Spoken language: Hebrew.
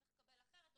צריך לקבל אחרת אומרים,